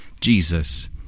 jesus